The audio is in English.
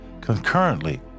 concurrently